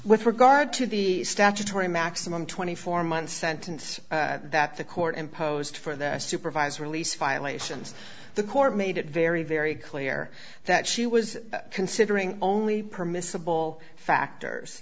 with regard to the statutory maximum twenty four month sentence that the court imposed for the supervised release violations the court made it very very clear that she was considering only permissible factors